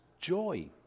joy